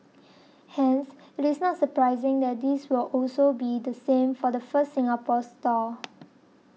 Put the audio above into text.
hence it is not surprising that this will also be the same for the first Singapore store